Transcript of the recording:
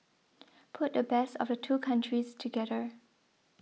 put the best of the two countries together